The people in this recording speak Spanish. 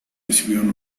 recibieron